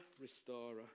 restorer